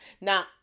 Now